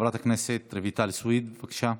חברת הכנסת רויטל סויד, בבקשה.